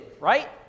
right